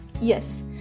Yes